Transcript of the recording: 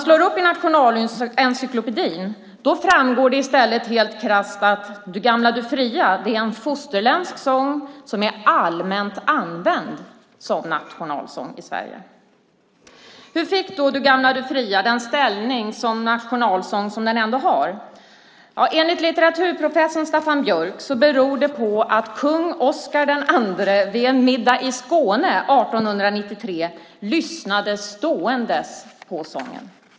Av Nationalencyklopedin framgår det i stället helt krasst att Du gamla, du fria är en fosterländsk sång som är allmänt använd som nationalsång i Sverige. Hur fick då Du gamla, du fria den ställning som nationalsång som den ändå har? Ja, enligt litteraturprofessorn Staffan Björck beror det på att kung Oskar II vid en middag i Skåne 1893 lyssnade stående på sången.